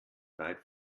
weit